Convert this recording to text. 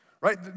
right